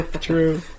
true